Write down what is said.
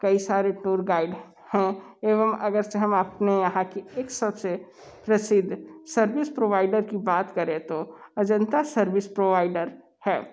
कई सारे tour guide हैं एवं अगर से हम अपने यहाँ की एक सबसे प्रसिद्ध सर्विस प्रोवाइडर की बात करें तो अजंता सर्विस प्रोवाइडर है